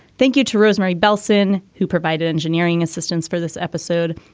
thank you to rosemary bellson, who provided engineering assistance for this episode.